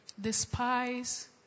despise